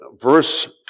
verse